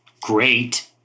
great